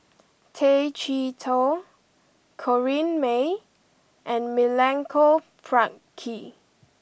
Tay Chee Toh Corrinne May and Milenko Prvacki